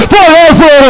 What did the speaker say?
Forever